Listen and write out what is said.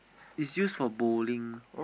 is used for bowling